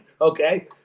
okay